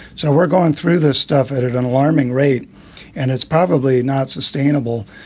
so we're going through this stuff at at an alarming rate and it's probably not sustainable.